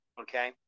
okay